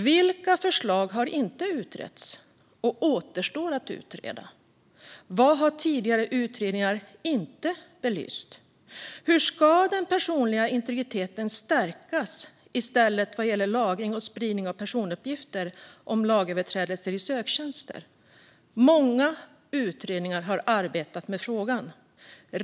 Vilka förslag har inte utretts och återstår att utreda? Vad har tidigare utredningar inte belyst? Hur ska den personliga integriteten stärkas i stället vad gäller lagring och spridning i söktjänster av personuppgifter om lagöverträdelser? Många utredningar har arbetat med frågan.